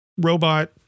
Robot